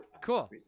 Cool